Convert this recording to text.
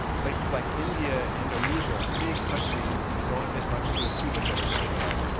places like india and indonesia are big countries that don't emit much c o two, but that are going to grow.